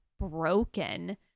broken